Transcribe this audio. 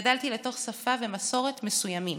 גדלתי לתוך שפה ומסורת מסוימות.